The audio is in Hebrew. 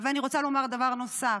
אבל אני רוצה לומר דבר נוסף.